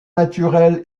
naturelle